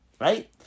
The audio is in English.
Right